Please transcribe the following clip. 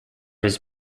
his